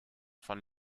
von